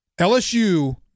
LSU